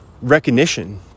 recognition